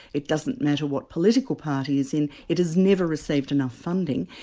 it doesn't matter what political party is in, it has never received enough funding.